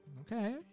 Okay